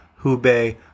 Hubei